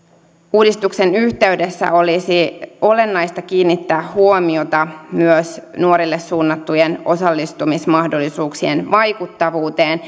uudistuksen yhteydessä olisi olennaista kiinnittää huomiota myös nuorille suunnattujen osallistumismahdollisuuksien vaikuttavuuteen